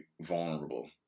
vulnerable